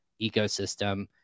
ecosystem